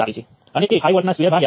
હવે ચાલો બીજા ફેરફાર ઉપર વિચાર કરીએ